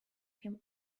him